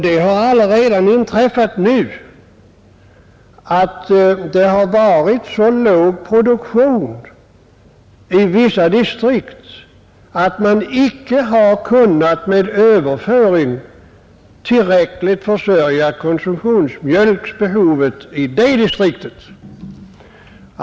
Det har redan inträffat att det har varit så låg produktion i vissa distrikt att man icke med överföring av mjölk tillräckligt har kunnat tillgodose konsumtionsmjölkbehovet i dessa distrikt.